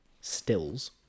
stills